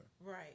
Right